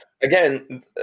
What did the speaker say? again